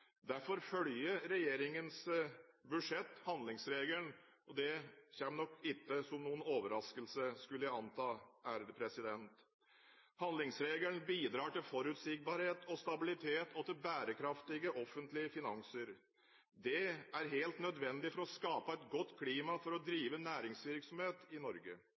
Derfor følger regjeringens forslag til budsjett handlingsregelen. Det kommer nok ikke som noen overraskelse, skulle jeg anta. Handlingsregelen bidrar til forutsigbarhet og stabilitet og til bærekraftige offentlige finanser. Det er helt nødvendig for å skape et godt klima for å drive næringsvirksomhet i Norge.